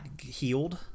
healed